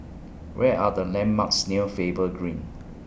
Where Are The landmarks near Faber Green